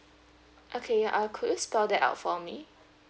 okay uh could you spell that out for me